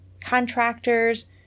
contractors